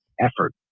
effort